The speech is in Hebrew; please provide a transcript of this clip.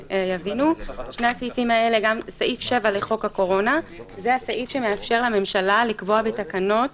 מקומית,"; סעיף 7 לחוק הקורונה הוא הסעיף שמאפשר לממשלה לקבוע בתקנות